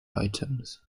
items